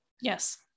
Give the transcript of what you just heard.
Yes